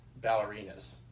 ballerinas